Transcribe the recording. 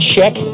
Check